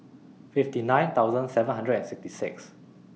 fifty nine thousand seven hundred and sixty six